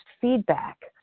feedback